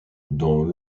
dans